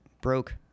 broke